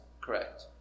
correct